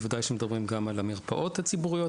בוודאי כשמדברים גם על המרפאות הציבוריות,